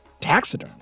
taxiderm